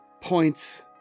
points